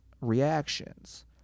reactions